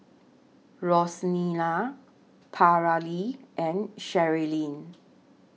Rosina Paralee and Cherilyn